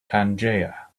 pangaea